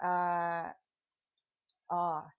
uh orh